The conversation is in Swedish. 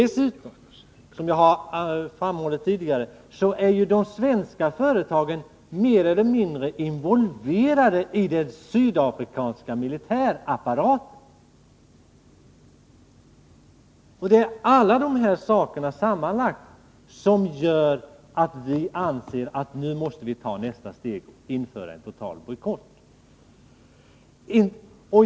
Som jag har framhållit tidigare är dessutom de svenska företagen mer eller mindre involverade i den sydafrikanska militärapparaten. Det är alla de här sakerna sammanlagda som gör att vi anser att vi måste ta rästa steg och införa en total bojkott.